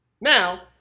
now